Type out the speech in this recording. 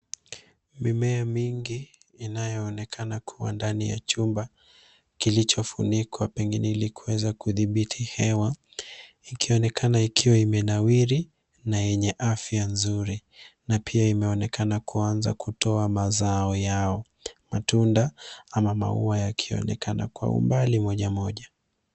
Mimea mingi inayoonekana kuwa ndani ya chumba kilichofunikwa pengine ili kuweza kudhibiti hewa, ikionekana ikiwa imenawiri na yenye afya nzuri. Na pia imeonekana kuanza kutoa mazao yao. Matunda ama maua yakionekana kwa umbali moja moja.